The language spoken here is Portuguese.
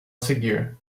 seguir